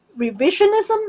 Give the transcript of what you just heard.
revisionism